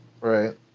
Right